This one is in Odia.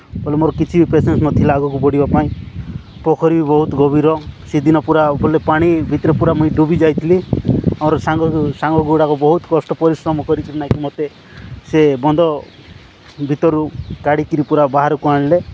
ବୋଲେ ମୋର କିଛି ବି ପେସେନ୍ସ ନଥିଲା ଆଗକୁ ବଢ଼ିବା ପାଇଁ ପୋଖରୀ ବି ବହୁତ ଗଭୀର ସେଦିନ ପୁରା ବୋଲେ ପାଣି ଭିତରେ ପୁରା ମୁଇଁ ଡୁବିଯାଇଥିଲି ମୋର ସାଙ୍ଗ ସାଙ୍ଗଗୁଡ଼ାକ ବହୁତ କଷ୍ଟ ପରିଶ୍ରମ କରିଛି ନାଇକି ମୋତେ ସେ ବନ୍ଧ ଭିତରୁ କାଢ଼ିକରି ପୁରା ବାହାରକୁ ଆଣିଲେ